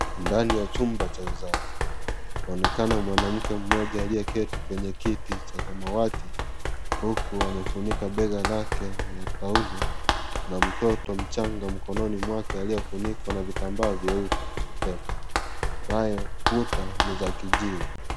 Ndani ya chumba cha uzazi. Kunaonekana mwanamke mmoja aliyeketi kwenye kiti cha samawati huku amefunika bega lake na taulo, na mtoto mchanga mkononi mwake aliyefunikwa na vitambaa vyeupe pepepe. Nayo kuta ni za kijivu.